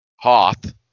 Hoth